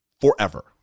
forever